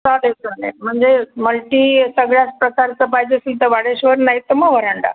चालेल चालेल म्हणजे मल्टी सगळ्याच प्रकारचं पाहिजे सी तर तर वाडेश्वर नाहीतर मग वरांडा